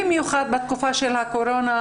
במיוחד בתקופת הקורונה,